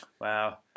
Wow